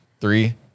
Three